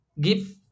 give